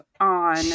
on